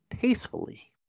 tastefully